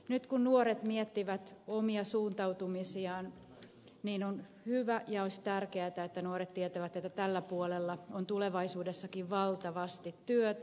nyt kun nuoret miettivät omia suuntautumisiaan niin on hyvä ja olisi tärkeätä että nuoret tietävät että tällä puolella on tulevaisuudessakin valtavasti työtä